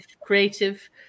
creative